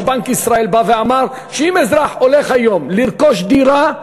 בנק ישראל בא ואמר שאם אזרח הולך היום לרכוש דירה,